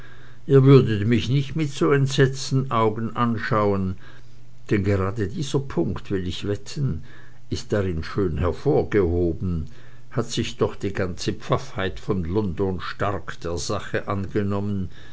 ihr würdet mich nicht mit so entsetzten augen anschauen denn gerade dieser punkt will ich wetten ist darin schön hervorgehoben hat sich doch die ganze pfaffheit von london stark der sache angenommen